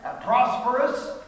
prosperous